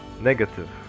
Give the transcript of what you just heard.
negative